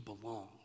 belong